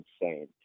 insane